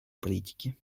политики